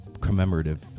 commemorative